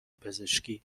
پزشکی